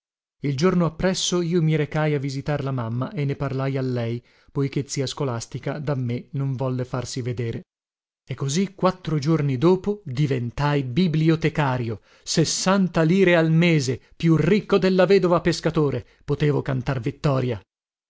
il giorno appresso io mi recai a visitar la mamma e ne parlai a lei poiché zia scolastica da me non volle farsi vedere e così quattro giorni dopo diventai bibliotecario sessanta lire al mese più ricco della vedova pescatore potevo cantar vittoria